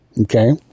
okay